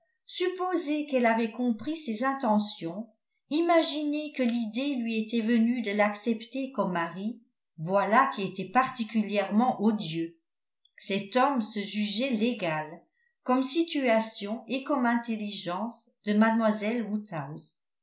supposer qu'elle avait compris ses intentions imaginer que l'idée lui était venue de l'accepter comme mari voilà qui était particulièrement odieux cet homme se jugeait l'égal comme situation et comme intelligence de